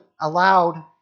allowed